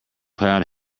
cloud